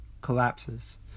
Collapses